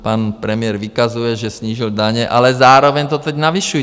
Pan premiér vykazuje, že snížil daně, ale zároveň to teď navyšují.